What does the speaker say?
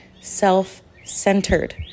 self-centered